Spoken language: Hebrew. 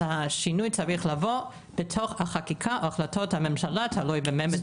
השינוי צריך לבוא בתוך החקיקה או החלטות הממשלה תלוי במה מדובר.